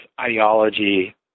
ideology